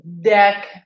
deck